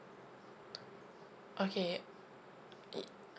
okay y~